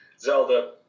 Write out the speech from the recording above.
Zelda